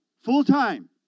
Full-time